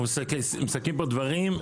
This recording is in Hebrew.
אנחנו מסכמים פה דברים,